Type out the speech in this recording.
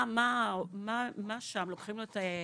מה שם, לוקחים לו את הקצבה?